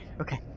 okay